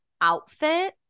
outfit